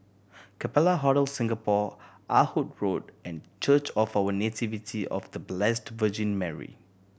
Capella Hotel Singapore Ah Hood Road and Church of a Nativity of The Blessed Virgin Mary